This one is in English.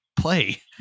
play